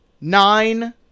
nine